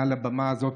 מעל הבמה הזאת,